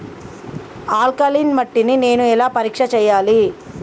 Alkaline మట్టి ని నేను ఎలా పరీక్ష చేయాలి?